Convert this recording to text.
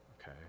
okay